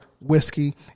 Whiskey